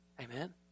Amen